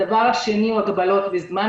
הדבר השני הוא הגבלות בזמן.